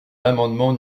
l’amendement